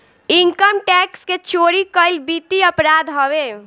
income tax के चोरी कईल वित्तीय अपराध हवे